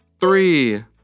three